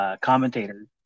commentators